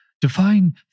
define